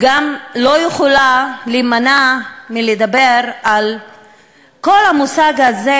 גם לא יכולה להימנע מלדבר על כל המושג הזה,